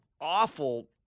awful